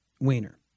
Weiner